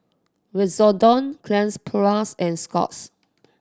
Redoxon Cleanz Plus and Scott's